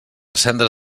cendra